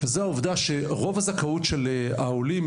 והוא העובדה שרוב הזכאות של העולים,